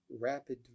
rapid